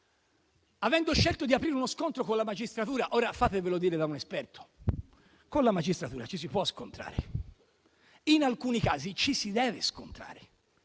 Avendo scelto di aprire uno scontro con la magistratura, fatevelo dire da un esperto: con la magistratura ci si può scontrare e, in alcuni casi, ci si deve scontrare,